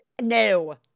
No